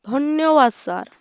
ଧନ୍ୟବାଦ ସାର୍